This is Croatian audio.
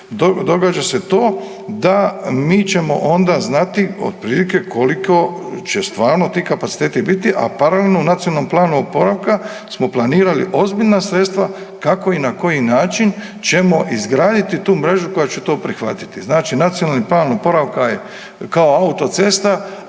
Događa se to da mi ćemo onda znati otprilike koliko će stvarno ti kapaciteti biti, a paralelno u Nacionalnom planu oporavka smo planirali ozbiljna sredstva kako i na koji način ćemo izgraditi tu mrežu koja će to prihvatiti. Znači Nacionalnim planom oporavka je kao autocesta,